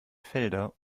felder